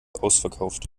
ausverkauft